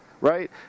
right